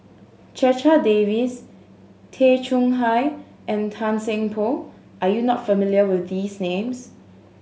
Checha Davies Tay Chong Hai and Tan Seng Poh are you not familiar with these names